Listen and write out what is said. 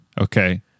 okay